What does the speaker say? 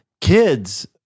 kids